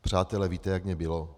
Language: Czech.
Přátelé, víte, jak mně bylo?